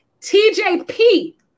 TJP